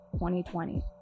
2020